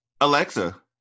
Alexa